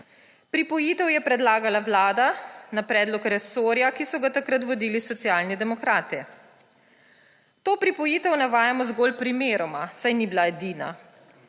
Pripojitev je predlagala Vlada na predlog resorja, ki so ga takrat vodili Socialni demokrati. To pripojitev navajamo zgolj primeroma, saj ni bila edina,